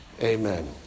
Amen